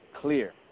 clear